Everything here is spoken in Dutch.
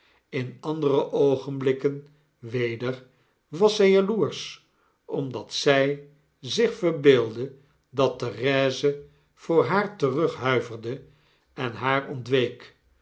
in andere oogenblikken weder was zij jaloersch omdat zij zich verbeeldde dat therese voor haar terughuiverde en haar ontweek